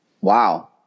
wow